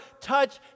touch